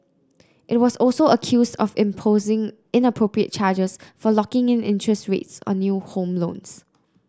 it was also accuse of imposing inappropriate charges for locking in interest rates on new home loans